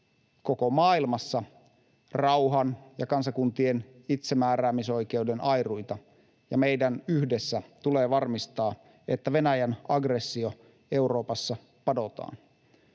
koko maailmassa rauhan ja kansakuntien itsemääräämisoikeuden airuita, ja meidän tulee yhdessä varmistaa, että Venäjän aggressio Euroopassa padotaan.